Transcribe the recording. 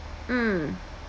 mm